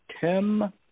Tim